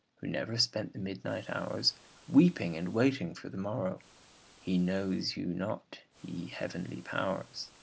who never spent the midnight hours weeping and waiting for the morrow he knows you not, ye heavenly powers